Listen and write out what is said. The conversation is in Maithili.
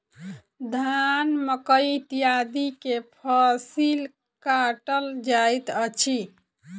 धान, मकई इत्यादि के फसिल काटल जाइत अछि